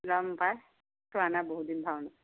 যাম পাই চোৱা নাই বহুদিন ভাওনা